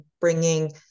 bringing